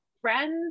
friends